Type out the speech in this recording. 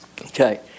Okay